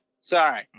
sorry